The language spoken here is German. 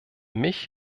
mich